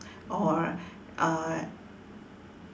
or uh